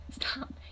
Stop